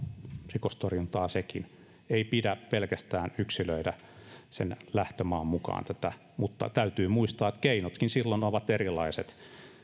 rikostorjuntaa sekin ei pidä pelkästään yksilöidä sen lähtömaan mukaan tätä mutta täytyy muistaa että keinotkin silloin ovat erilaiset